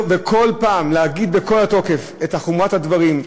וכל פעם להגיד בכל תוקף את חומרת הדברים,